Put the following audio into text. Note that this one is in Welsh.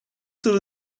sydd